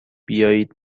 بیایید